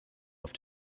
auf